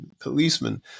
policemen